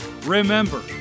Remember